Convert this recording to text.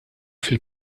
fil